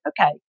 okay